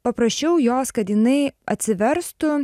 paprašiau jos kad jinai atsiverstų